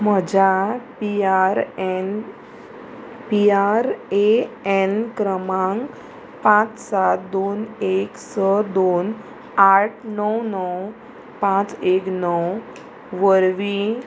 म्हज्या P R N P R A N क्रमांक पांच सात दोन एक स दोन आठ णव णव पांच एक णव वरवीं